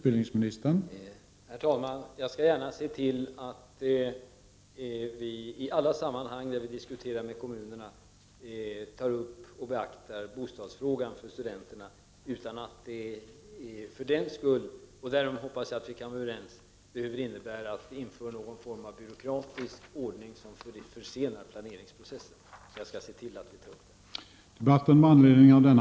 Herr talman! Jag skall gärna se till att vi i alla sammanhang när vi diskuterar med kommunerna tar upp och beaktar bostadsfrågan för studenterna utan att det för den skull — och därmed hoppas jag att vi kan vara överens — behöver innebära någon form av byråkratisk ordning som kunde försena pla = Prot. 1989/90:34 neringsprocessen.